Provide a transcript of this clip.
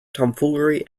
tomfoolery